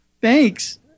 thanks